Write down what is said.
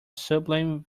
sublime